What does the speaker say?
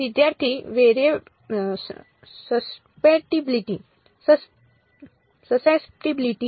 વિદ્યાર્થી સસેપ્ટીબિલિટી